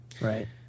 Right